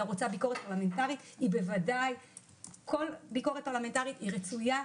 אם הוועדה רוצה ביקורת פרלמנטרית כל ביקורת כזאת היא רצויה,